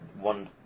one